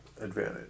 advantage